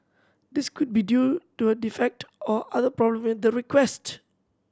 this could be due to a defect or other problem with the request